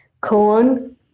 Corn